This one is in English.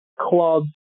club